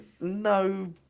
no